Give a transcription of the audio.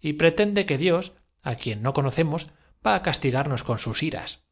y pretende que dios lidad á quien no conocemos va á castigarnos con sus iras